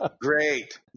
Great